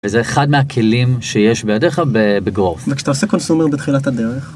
וזה אחד מהכלים שיש בידיך בגורס. וכשאתה עושה קונסומר בתחילת הדרך...